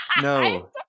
No